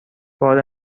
بار